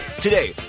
today